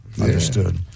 understood